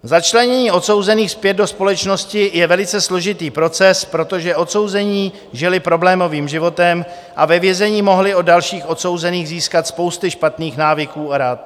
Začlenění odsouzených zpět do společnosti je velice složitý proces, protože odsouzení žili problémovým životem a ve vězení mohli od dalších odsouzených získat spousty špatných návyků a rad.